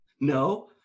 No